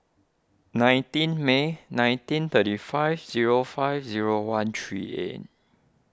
nineteen May nineteen thirty five zero five zero one three eight